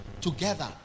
together